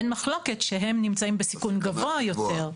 אין מחלוקת שהם נמצאים בסיכון גבוה יותר,